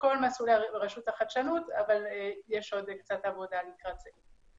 בכל מסלולי רשות החדשנות אבל יש עוד קצת עבודה לקראת זה.